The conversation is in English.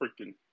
freaking